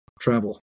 travel